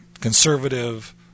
conservative